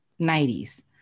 90s